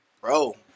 Bro